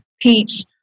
peach